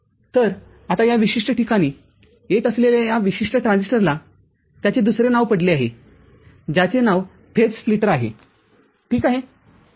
तर आता या विशिष्ट ठिकाणी येत असलेल्या या विशिष्ट ट्रान्झिस्टरला त्याचे दुसरे नाव पडले आहे ज्याचे नाव फेज स्प्लिटर आहे ठीक आहे